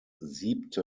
siebte